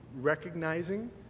recognizing